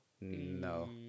no